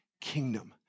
kingdom